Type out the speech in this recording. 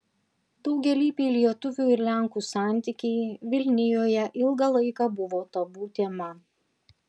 daugialypiai lietuvių ir lenkų santykiai vilnijoje ilgą laiką buvo tabu tema